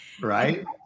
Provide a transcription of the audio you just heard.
Right